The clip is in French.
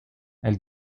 elle